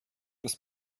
des